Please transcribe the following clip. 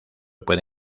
puede